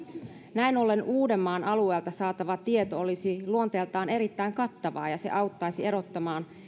näin ollen uudenmaan alueelta saatava tieto olisi luonteeltaan erittäin kattavaa ja se auttaisi erottamaan